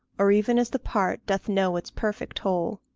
or even as the part doth know its perfect whole.